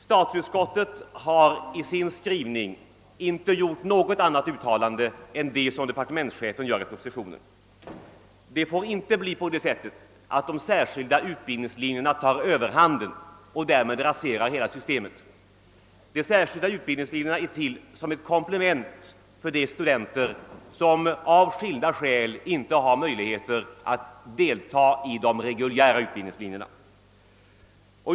Statsutskottet har i sin skrivning inte gjort något annat uttalande än det som departementschefen gjort i propositionen. Det får inte bli så att de särskilda utbildningslinjerna tar överhanden och därmed raserar hela systemet. De särskilda utbildningslinjerna skall vara ett komplement för de studenter, som av skilda skäl inte har möjlighet att följa de reguljära utbildningslinjerna.